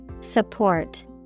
Support